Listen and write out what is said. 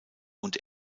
und